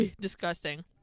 Disgusting